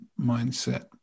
mindset